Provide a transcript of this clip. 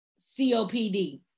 COPD